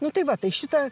nu tai va tai šitą